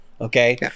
Okay